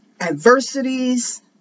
adversities